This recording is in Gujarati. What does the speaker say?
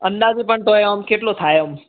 અંદાજે પણ તોય આમ કેટલો થાય આમ